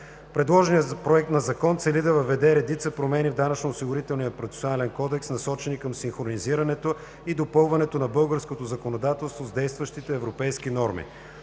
Предложеният Проект на закон цели да въведе редица промени в Данъчно-осигурителния процесуален кодекс (ДОПК), насочени към синхронизирането и допълването на българското законодателство с действащите европейски норми.